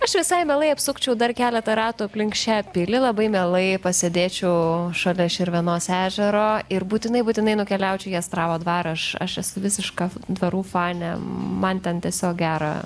aš visai mielai apsukčiau dar keletą ratų aplink šią pilį labai mielai pasėdėčiau šalia širvėnos ežero ir būtinai būtinai nukeliaučiau į astravo dvarą aš aš esu visiška dvarų fanė man ten tiesiog gera